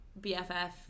BFF